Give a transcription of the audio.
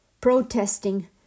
protesting